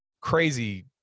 crazy